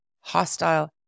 hostile